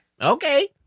Okay